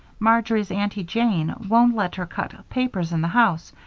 marjory's aunty jane won't let her cut papers in the house,